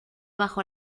bajo